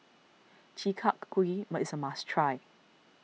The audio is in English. Chi Kak Kuih is a must try